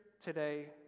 today